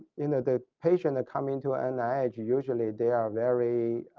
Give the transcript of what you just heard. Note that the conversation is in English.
you know the patient come into ah nih usually they are very